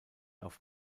auf